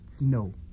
no